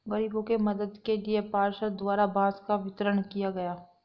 गरीबों के मदद के लिए पार्षद द्वारा बांस का वितरण किया गया